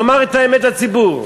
לומר את האמת לציבור.